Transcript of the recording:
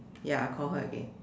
ya I call her again